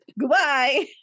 Goodbye